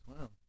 Wow